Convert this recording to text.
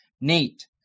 Nate